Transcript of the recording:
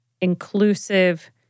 inclusive